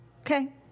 Okay